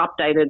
updated